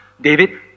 David